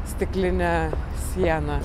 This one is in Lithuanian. stikline siena